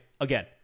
again